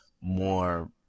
more